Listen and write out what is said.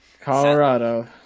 Colorado